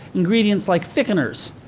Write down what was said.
ingredients like thickeners.